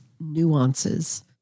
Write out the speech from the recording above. nuances